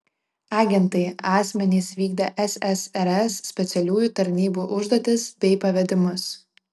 agentai asmenys vykdę ssrs specialiųjų tarnybų užduotis bei pavedimus